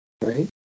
right